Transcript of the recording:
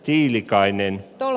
tiilikainen tol